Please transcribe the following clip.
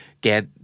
get